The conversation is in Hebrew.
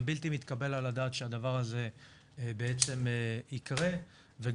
זה בלתי מתקבל על הדעת שהדבר הזה יקרה וגם